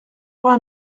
vingt